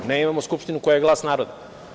Ne, imamo Skupštinu koja je glas naroda.